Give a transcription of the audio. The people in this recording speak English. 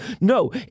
No